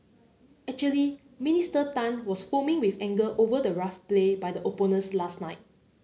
actually Minister Tan was foaming with anger over the rough play by the opponents last night